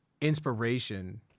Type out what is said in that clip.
inspiration